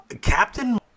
captain